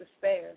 despair